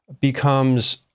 becomes